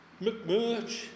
McMurch